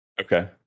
Okay